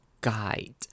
guide